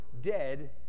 dead